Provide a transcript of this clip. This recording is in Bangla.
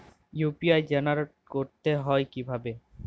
ইউ.পি.আই জেনারেট করতে হয় কিভাবে?